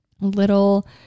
little